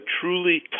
truly